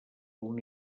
una